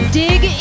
dig